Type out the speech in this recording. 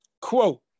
quote